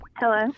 Hello